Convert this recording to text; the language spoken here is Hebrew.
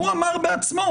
הוא בעצמו